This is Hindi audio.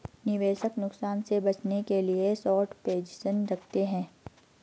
निवेशक नुकसान से बचने के लिए शार्ट पोजीशन रखते है